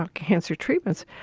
cancer treatments,